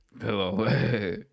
Hello